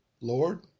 Lord